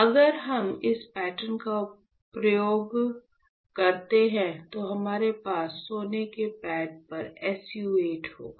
अगर हम इस पैटर्न का उपयोग करते हैं तो हमारे पास सोने के पैड पर SU 8 होगा